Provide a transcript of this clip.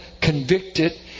convicted